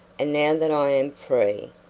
and now that i am free,